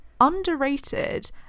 underrated